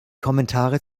kommentare